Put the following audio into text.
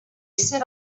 set